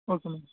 okay ma'am